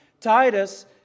Titus